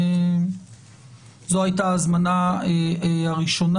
זו הייתה ההזמנה הראשונה.